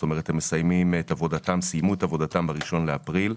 זאת אומרת, הם סיימו את עבודתם ב-1 באפריל.